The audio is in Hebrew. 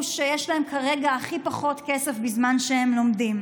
שיש להם כרגע הכי פחות כסף בזמן שהם לומדים.